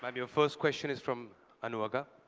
um your first question is from anu aga.